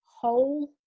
whole